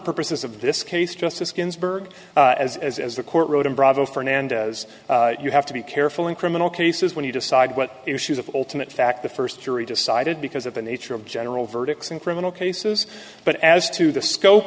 purposes of this case justice ginsburg as as the court wrote in bravo fernandez you have to be careful in criminal cases when you decide what issues of ultimate fact the first jury decided because of the nature of general verdicts in criminal cases but as to the scope